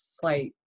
flight